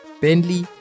Bentley